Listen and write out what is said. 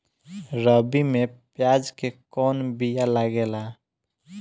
रबी में प्याज के कौन बीया लागेला?